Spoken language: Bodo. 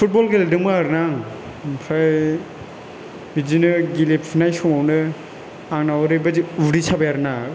फुटबल गेलेदोंमोन आरोना आं ओमफ्राय बिदिनो गेलेफुनाय समावनो आंनाव ओरैबायदि उदै साबाय आरो ना